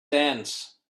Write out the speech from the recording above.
dance